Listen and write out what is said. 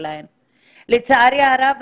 לצערי הרב,